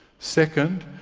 second,